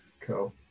Cool